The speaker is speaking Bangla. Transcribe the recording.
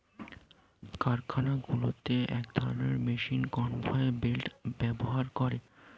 কারখানাগুলোতে এক ধরণের মেশিন কনভেয়র বেল্ট ব্যবহার করে